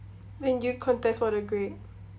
then did you contest for the grade